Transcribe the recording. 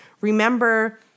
remember